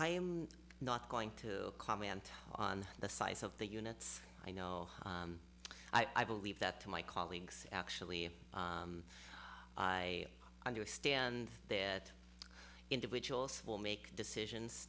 i am not going to comment on the size of the units i know i believe that to my colleagues actually i understand that individuals will make decisions